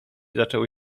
zaczęły